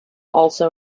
also